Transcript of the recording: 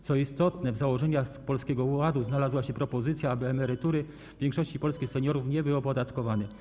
Co istotne, w założeniach Polskiego Ładu znalazła się propozycja, aby emerytury większości polskich seniorów nie były opodatkowane.